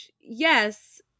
yes